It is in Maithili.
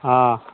हाँ